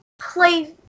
play